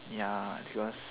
ya because